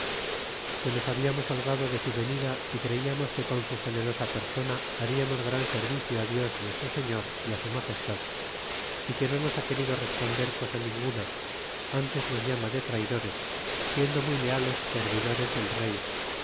que nos hablamos holgado de su venida é creiamos que con su generosa persona hariamos gran servicio á dios nuestro señor y á su magestad é que no nos ha querido responder cosa ninguna antes nos llama de traydores siendo muy leales servidores del rey